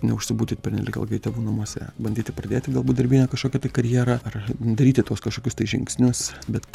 neužsibūti pernelyg ilgai tėvų namuose bandyti pradėti galbūt darbinę kažkokią tai karjerą ar daryti tuos kažkokius tai žingsnius bet